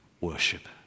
worship